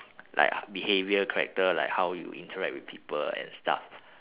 like h~ behaviour character like how you interact with people and stuff